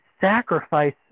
sacrifice